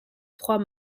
trois